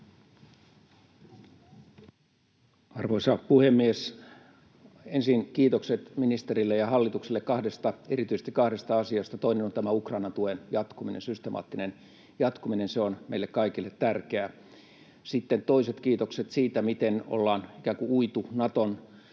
Arvoisa puhemies! Ensin kiitokset ministerille ja hallitukselle erityisesti kahdesta asiasta. Toinen on tämä Ukrainan tuen jatkuminen, systemaattinen jatkuminen. Se on meille kaikille tärkeää. Sitten toiset kiitokset siitä, miten ollaan ikään kuin uitu Naton